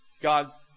God's